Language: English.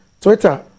Twitter